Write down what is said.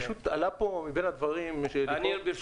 פשוט עלה פה בין הדברים -- ברשותך,